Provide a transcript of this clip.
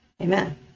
amen